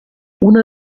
una